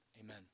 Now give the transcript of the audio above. Amen